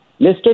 mr